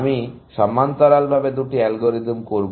আমি সমান্তরালভাবে দুটি অ্যালগরিদম করব